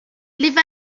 live